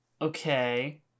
Okay